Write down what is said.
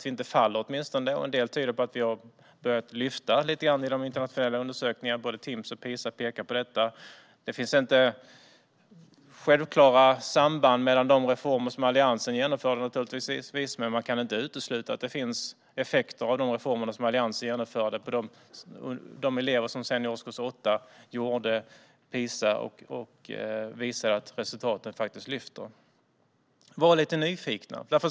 Vi faller åtminstone inte, och en del tyder på att vi har börjat lyfta lite i internationella undersökningar. Både Timss och PISA pekar på detta. Det finns naturligtvis inte några självklara samband mellan detta och de reformer som Alliansen genomförde, men man kan inte utesluta att de reformer som Alliansen genomförde hade effekter på de elever som sedan i årskurs 8 gjorde PISA-proven och visade att resultaten faktiskt lyfter. Var lite nyfikna!